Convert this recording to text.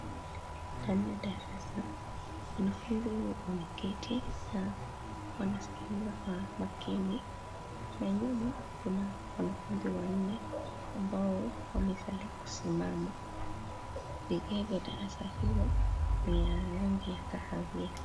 Ndani ya darasa, wanafunzi wameketi na wanasikiliza kwa makini, na nyuma kuna wanafunzi wanne ambao wamesali kusimama. vigee vya darasa hilo ni ya rangi ya kahawia.